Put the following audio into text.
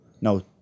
no